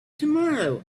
tomorrow